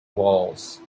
walls